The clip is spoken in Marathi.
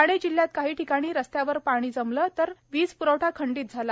ठाणे जिल्ह्यात काही ठिकाणी रस्त्यावर पाणी जमलं तसंच वीज प्रवठा खंडित झाला